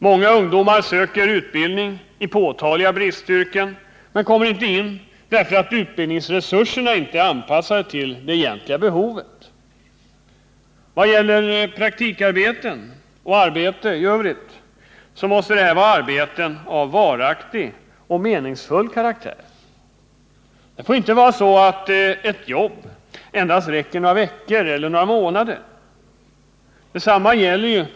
Många ungdomar söker utbildning i påtagliga bristyrken men kommer inte in därför att utbildningsresurserna inte är anpassade till det egentliga behovet. Vad det gäller praktikarbeten och arbeten i övrigt måste det vara arbeten av varaktig och meningsfull karaktär. Det får inte vara så att ett jobb endast räcker några veckor eller månader.